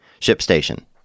ShipStation